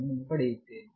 ಅನ್ನು ಪಡೆಯುತ್ತೇನೆ